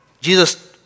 Jesus